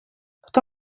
хто